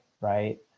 right